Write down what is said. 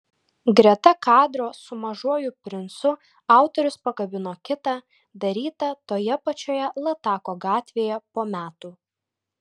greta kadro su mažuoju princu autorius pakabino kitą darytą toje pačioje latako gatvėje po metų